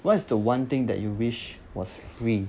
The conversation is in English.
what is the one thing that you wish was free